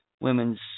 women's